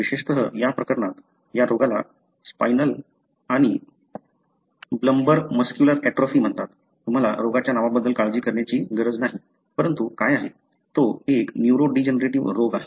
विशेषत या प्रकरणात या रोगाला स्पाइनल आणि बल्बर मस्क्यूलर ऍट्रोफी म्हणतात तुम्हाला रोगाच्या नावाबद्दल काळजी करण्याची गरज नाही परंतु काय आहे तो एक न्यूरोडीजनरेटिव्ह रोग आहे